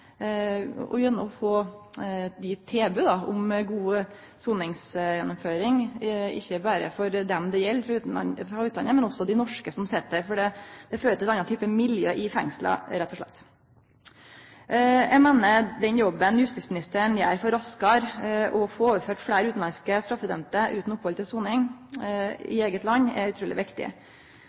om god soningsgjennomføring ikkje berre for dei det gjeld frå utlandet, men også for dei norske som sit der, for det fører til ein annan type miljø i fengsla rett og slett. Eg meiner at den jobben justisministeren gjer for raskare å få overført fleire utanlandske straffedømde utan opphald til soning i eige land, er utruleg viktig.